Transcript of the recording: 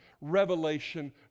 Revelation